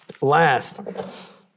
Last